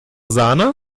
sahne